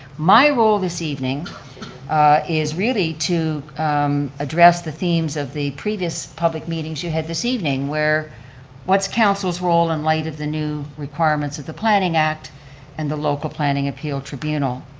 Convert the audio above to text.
my role this evening is really to address the themes of the previous public meetings you had this evening where what's council's role in light of the new requirements of the planning act and the local planning appeal tribunal?